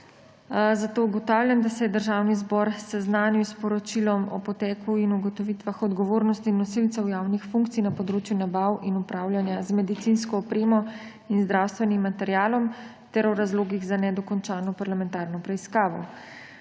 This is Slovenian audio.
Zato ugotavljam, da se je Državni zbor seznanil s Poročilom o poteku in ugotovitvah odgovornosti nosilcev javnih funkcij na področju nabav in upravljanja z medicinsko opremo in zdravstvenim materialom ter o razlogih za nedokončano parlamentarno preiskavo.